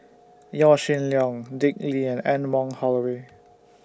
Yaw Shin Leong Dick Lee and Anne Wong Holloway